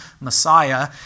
Messiah